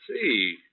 see